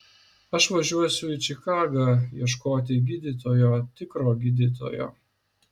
aš važiuosiu į čikagą ieškoti gydytojo tikro gydytojo